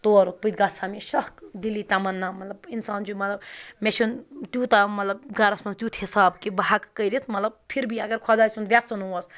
تورُک بہٕ تہِ گژھٕ ہا مےٚ چھِ سَکھ دِلی تَمنا مطلب اِنسان چھُ مطلب مےٚ چھِنہٕ تیوٗتاہ مطلب گَرَس منٛز تیُٚتھ حِساب کہِ بہٕ ہٮ۪کہٕ کٔرِتھ مطلب پھِر بھی اگر خۄداے سُنٛد وٮ۪ژھُن اوس